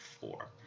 four